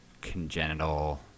congenital